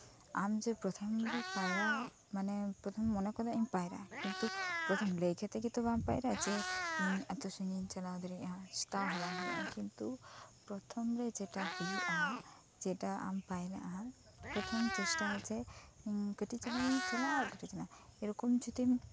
ᱟᱢ ᱡᱮ ᱯᱨᱚᱛᱷᱚᱢ ᱡᱮ ᱯᱟᱭᱨᱟᱜᱼᱟ ᱯᱨᱚᱛᱷᱚᱢ ᱢᱚᱱᱮ ᱠᱮᱫᱟ ᱡᱮ ᱯᱟᱭᱨᱟᱜᱼᱟ ᱠᱤᱱᱛᱩ ᱯᱨᱚᱛᱷᱚᱢ ᱞᱟᱹᱭ ᱠᱟᱛᱮᱜ ᱫᱚ ᱵᱟᱢ ᱯᱟᱭᱨᱟᱜᱼᱟ ᱡᱮ ᱤᱧ ᱛᱟᱞᱟ ᱫᱟᱜ ᱥᱮᱱᱤᱧ ᱪᱟᱞᱟᱣ ᱫᱟᱲᱮᱭᱟᱜᱼᱟ ᱛᱟᱣ ᱦᱚᱸᱵᱟᱝ ᱦᱩᱭᱩᱜᱼᱟ ᱛᱟᱣ ᱠᱤᱱᱛᱩ ᱯᱨᱚᱛᱷᱚᱢ ᱨᱮ ᱡᱮᱴᱟ ᱦᱩᱭᱩᱜᱼᱟ ᱟᱢ ᱯᱟᱭᱨᱟᱜᱼᱟ ᱯᱨᱚᱛᱷᱚᱢ ᱪᱮᱥᱴᱟᱭᱟ ᱡᱮ ᱠᱟᱹᱴᱤᱡ ᱪᱟᱞᱟᱝ ᱪᱟᱞᱟᱜᱼᱟ ᱮᱭ ᱨᱚᱠᱚᱢ ᱡᱚᱫᱤᱢ